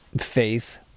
faith